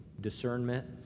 discernment